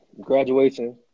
Graduation